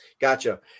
gotcha